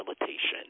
rehabilitation